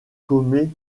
commet